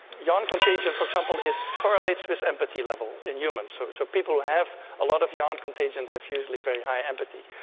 yawn contagion for example correlates with empathy level in humans. so so people who have a lot of yawn contagion have usually very high empathy.